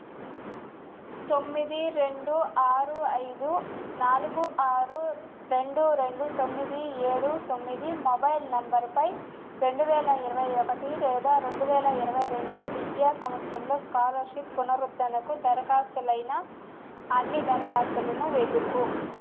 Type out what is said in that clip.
తొమ్మిది రెండు ఆరు ఐదు నాలుగు ఆరు రెండు రెండు తొమ్మిది ఏడు తొమ్మిది మొబైల్ నంబరుపై రెండు వేల ఇరవై ఒకటి లేదా రెండు వేల ఇరవై రెండు విద్యా సంవత్సరంలో స్కాలర్షిప్ పునరుద్ధరణకు దరఖాస్తులైన అన్ని దరఖాస్తులను వెతుకు